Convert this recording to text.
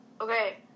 Okay